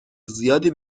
زیادی